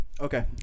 Okay